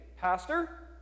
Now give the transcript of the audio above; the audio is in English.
Pastor